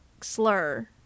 slur